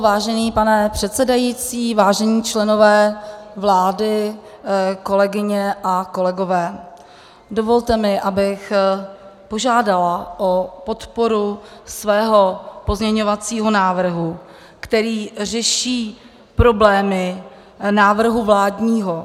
Vážený pane předsedající, vážení členové vlády, kolegyně a kolegové, dovolte mi, abych požádala o podporu svého pozměňovacího návrhu, který řeší problémy návrhu vládního.